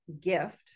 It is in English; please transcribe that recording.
gift